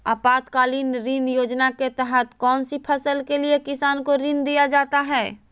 आपातकालीन ऋण योजना के तहत कौन सी फसल के लिए किसान को ऋण दीया जाता है?